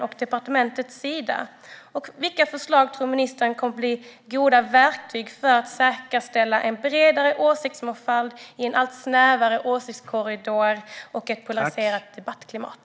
Och vilka förslag tror ministern kommer att bli goda verktyg för att säkerställa en bredare åsiktsmångfald i en allt snävare åsiktskorridor och i ett polariserat debattklimat?